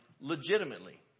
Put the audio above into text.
legitimately